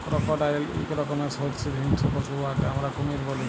crocodile ইক রকমের সরীসৃপ হিংস্র পশু উয়াকে আমরা কুমির ব্যলি